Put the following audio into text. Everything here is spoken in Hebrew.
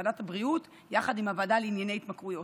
ועדת הבריאות יחד עם הוועדה לענייני התמכרויות.